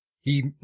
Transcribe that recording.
He-